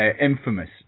Infamous